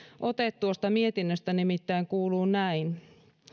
ote tuosta lausunnosta nimittäin kuuluu näin